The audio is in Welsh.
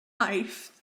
aifft